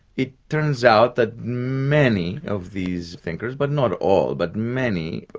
it turns out that many of these thinkers, but not all, but many,